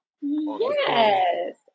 Yes